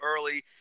early